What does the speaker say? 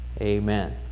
Amen